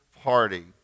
party